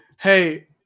Hey